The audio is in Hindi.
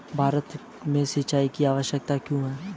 भारत में सिंचाई की आवश्यकता क्यों है?